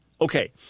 Okay